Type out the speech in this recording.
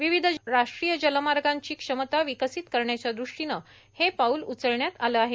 विविध राष्ट्रीय जलमार्गांची क्षमता विकसित करण्याच्या द्रष्टीनं हे पाऊल उचलण्यात आलं आहे